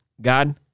God